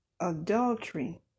adultery